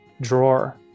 drawer